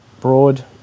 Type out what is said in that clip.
broad